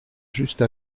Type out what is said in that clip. juste